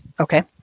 Okay